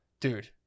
dude